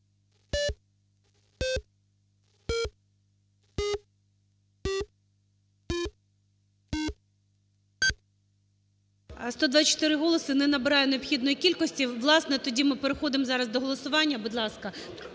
За-124 Не набирає необхідної кількості, власне, тоді ми переходимо зараз до голосування, будь ласка.